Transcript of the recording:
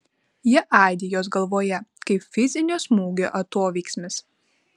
jie aidi jos galvoje kaip fizinio smūgio atoveiksmis